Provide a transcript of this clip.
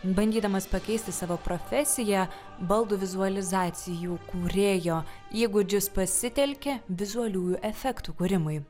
bandydamas pakeisti savo profesiją baldų vizualizacijų kūrėjo įgūdžius pasitelkė vizualiųjų efektų kūrimui